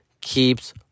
keeps